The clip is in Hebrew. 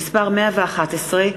(מס' 111),